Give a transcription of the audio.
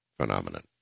phenomenon